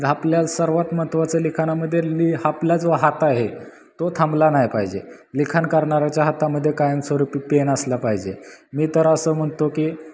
आपल्याला सर्वात महत्वाच्या लिखानामध्ये लि आपला जो हात आहे तो थांबला नाही पाहिजे लिखाण करणाऱ्याच्या हातामध्ये कायमस्वरुपी पेन असलं पाहिजे मी तर असं म्हणतो की